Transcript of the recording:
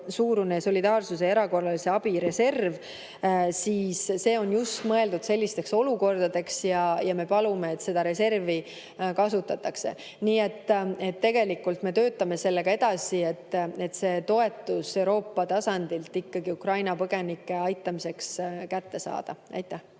suurune solidaarsuse ja erakorralise abi reserv, siis see on mõeldud sellisteks olukordadeks ja me palume, et seda reservi kasutataks. Nii et tegelikult me töötame sellega edasi, et see toetus Euroopa tasandilt ikkagi Ukraina põgenike aitamiseks kätte saada.